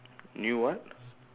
new what